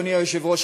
אדוני היושב-ראש,